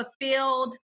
fulfilled